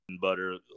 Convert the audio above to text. butter